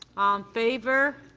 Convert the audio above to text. favor?